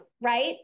right